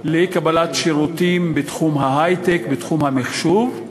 לקבלת שירותים בתחום ההיי-טק, בתחום המחשוב,